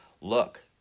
look